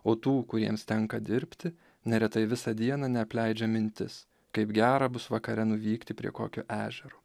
o tų kuriems tenka dirbti neretai visą dieną neapleidžia mintis kaip gera bus vakare nuvykti prie kokio ežero